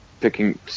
picking